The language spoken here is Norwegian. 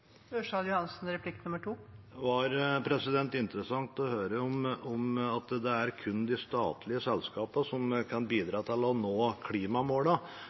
var interessant å høre at det kun er de statlige selskapene som kan bidra til å nå